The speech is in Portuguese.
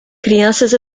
crianças